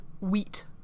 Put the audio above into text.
Wheat